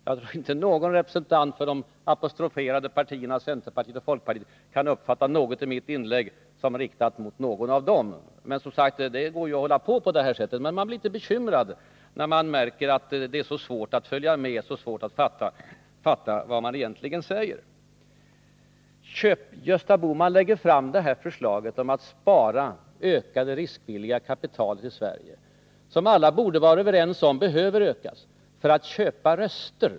Jag tror inte att någon representant för de apostroferade partierna, centerpartiet och folkpartiet, kan ha uppfattat något i mitt inlägg såsom riktat mot dem. Det går naturligtvis att fortsätta att föra debatten på Kjell-Olof Feldts sätt, men jag blir litet bekymrad när han har så svårt att följa med, att fatta vad som sägs. Kjell-Olof Feldt säger: Gösta Bohman lägger fram förslaget om att spara och att öka det riskvilliga kapitalet i Sverige — vilket alla borde vara överens om behöver ökas — för att köpa röster.